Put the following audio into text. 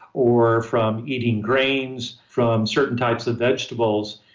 or from eating grains from certain types of vegetables,